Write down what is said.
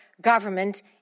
government